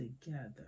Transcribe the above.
together